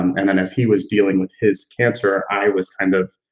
and then as he was dealing with his cancer, i was kind of